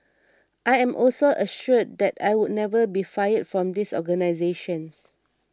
I am also assured that I would never be fired from this organisation